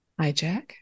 Hijack